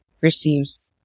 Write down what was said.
receives